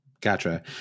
Gotcha